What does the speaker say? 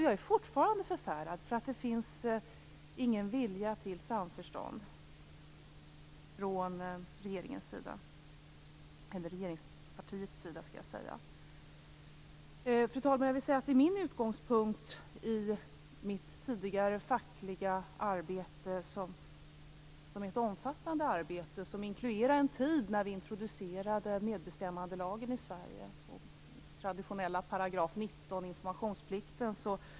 Jag är fortfarande förfärad, därför att det finns ingen vilja till samförstånd från regeringspartiets sida. Fru talman! Mitt tidigare fackliga arbete var omfattande och inkluderade den tid då vi introducerade medbestämmandelagen, och den traditionella 19 § om informationsplikten.